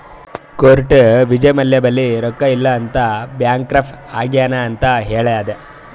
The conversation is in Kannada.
ಕೋರ್ಟ್ ವಿಜ್ಯ ಮಲ್ಯ ಬಲ್ಲಿ ರೊಕ್ಕಾ ಇಲ್ಲ ಅಂತ ಬ್ಯಾಂಕ್ರಪ್ಸಿ ಆಗ್ಯಾನ್ ಅಂತ್ ಹೇಳ್ಯಾದ್